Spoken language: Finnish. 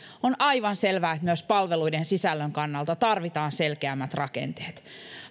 on aivan selvää että myös palveluiden sisällön kannalta tarvitaan selkeämmät rakenteet